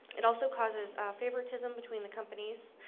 it also causes ah favoritism between the companies.